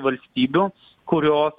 valstybių kurios